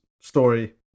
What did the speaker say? story